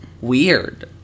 weird